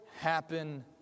happen